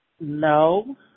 No